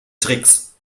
tricks